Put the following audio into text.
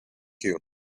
you